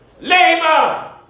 Labor